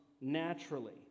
naturally